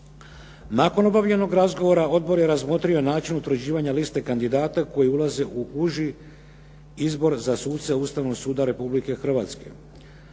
Nakon obavljenog razgovora odbor je razmotrio način utvrđivanja liste kandidata koji ulaze u uži izbor za suce Ustavnog suda Republike Hrvatske.